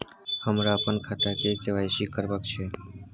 हमरा अपन खाता के के.वाई.सी करबैक छै